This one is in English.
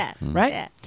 right